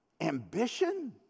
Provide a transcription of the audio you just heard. ambition